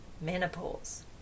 menopause